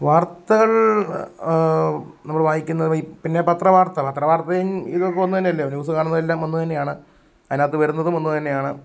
വാര്ത്തകള് നമ്മൾ വായിക്കുന്നത് ഈ പിന്നെ പത്രവാര്ത്ത പത്രവാര്ത്തയും ഇതും ഒക്കെ ഒന്ന് തന്നെയല്ലിയോ ന്യൂസ് കാണുന്നതെല്ലാം ഒന്ന് തന്നെയാണ് അതിനകത്ത് വരുന്നതും ഒന്ന് തന്നെയാണ്